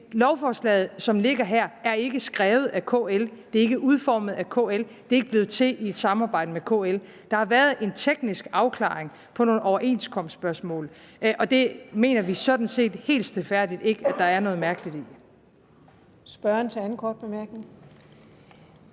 Men lovforslaget, som er fremsat her, er ikke skrevet af KL, det er ikke udformet af KL, det er ikke blevet til i et samarbejde med KL. Der har været en teknisk afklaring på nogle overenskomstspørgsmål, og det mener vi sådan set helt stilfærdigt ikke at der er noget mærkeligt i. Kl. 15:18 Den fg. formand